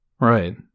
Right